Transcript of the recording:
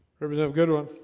represent good one